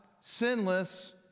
sinless